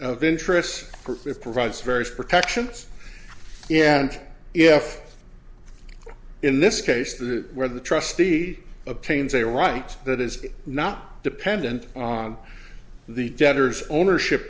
interests it provides various protections yeah and if in this case the where the trustee obtains a right that is not dependent on the debtors ownership